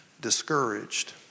discouraged